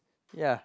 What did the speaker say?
ya